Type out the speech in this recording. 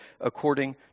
according